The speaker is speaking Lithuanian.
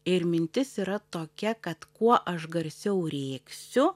ir mintis yra tokia kad kuo aš garsiau rėksiu